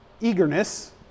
eagerness